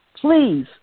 Please